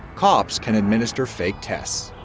cops can administer fake tests.